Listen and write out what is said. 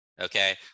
Okay